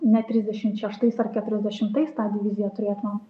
ne trisdešim šeštais ar keturiasdešimais tą diviziją turėtumėm